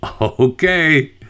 Okay